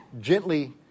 gently